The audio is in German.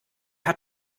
hat